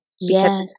Yes